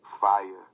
fire